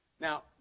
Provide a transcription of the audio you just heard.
Now